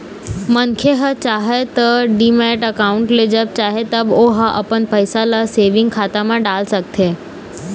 मनखे ह चाहय त डीमैट अकाउंड ले जब चाहे तब ओहा अपन पइसा ल सेंविग खाता म डाल सकथे